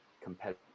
competitive